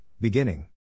beginning